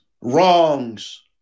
wrongs